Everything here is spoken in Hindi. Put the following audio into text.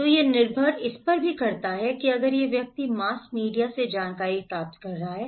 तो यह निर्भर करता है कि अगर यह व्यक्ति मास मीडिया से जानकारी प्राप्त कर रहा है